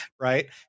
right